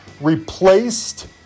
replaced